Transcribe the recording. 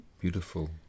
beautiful